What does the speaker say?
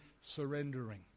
surrendering